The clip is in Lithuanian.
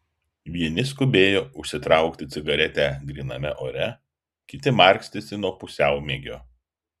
vieni skubėjo užsitraukti cigaretę gryname ore kiti markstėsi nuo pusiaumiegio